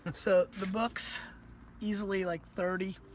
so the books easily like thirty,